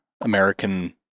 American